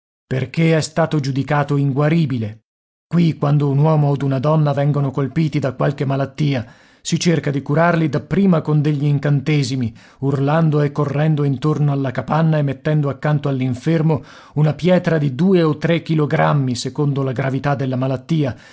perché è stato giudicato inguaribile qui quando un uomo od una donna vengono colpiti da qualche malattia si cerca di curarli dapprima con degli incantesimi urlando e correndo intorno alla capanna e mettendo accanto all'infermo una pietra di due o tre chilogrammi secondo la gravità della malattia